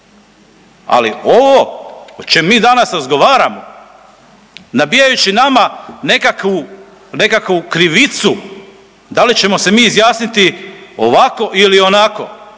Ali ovo o čem mi danas razgovaramo, nabijajući nama nekakvu, nekakvu krivicu da li ćemo se mi izjasniti ovako ili onako,